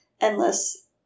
endless